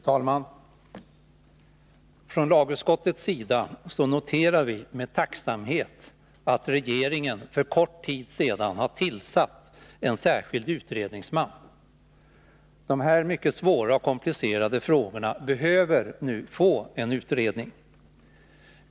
Fru talman! Från lagutskottets sida noterar vi med tacksamhet att regeringen för kort tid sedan har tillsatt en särskild utredningsman. Dessa mycket svåra och komplicerade frågor behöver nu utredas.